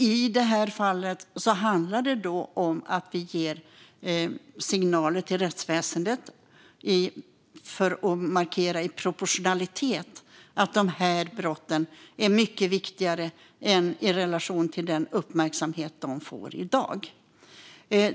I det här fallet handlar det om att ge signaler till rättsväsendet gällande proportionalitet - att de här brotten är mycket viktigare än de verkar i relation till den uppmärksamhet de får i dag.